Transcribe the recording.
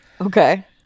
Okay